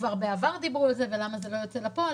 שכבר בעבר דיברו על זה ולמה זה לא יוצא לפועל.